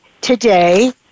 today